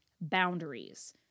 boundaries